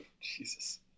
Jesus